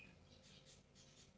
मी bank statement कसे बघू शकतो?